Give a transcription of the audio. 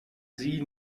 sie